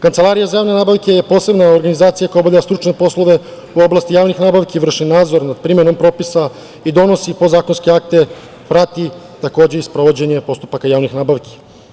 Kancelarija za javne nabavke posebno organizacija koja obavlja stručne poslove, u oblasti javnih nabavki i vrše nadzor nad primenom propisa i donosi podzakonske akte, prati i sprovođenje postupaka javnih nabavki.